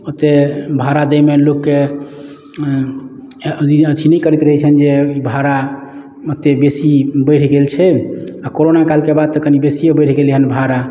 ओते भाड़ा दैमे लोके के अथी नहि करैत रहै छनि जे ई भाड़ा ओते बेसी बढ़ि गेल छै आ करोना काल के बाद तऽ कनी बेसी बढ़ि गेलै हन भाड़ा